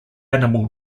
animal